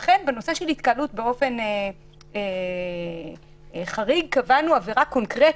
ולכן בנושא של התקהלות קבענו באופן חריג עברה קונקרטית: